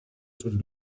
sus